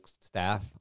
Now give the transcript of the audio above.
staff